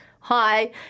Hi